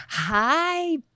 Hi